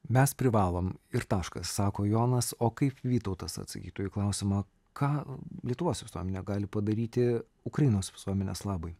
mes privalom ir taškas sako jonas o kaip vytautas atsakytų į klausimą ką lietuvos visuomenė gali padaryti ukrainos visuomenės labui